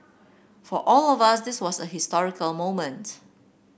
for all of us this was a historical moment